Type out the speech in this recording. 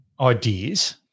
ideas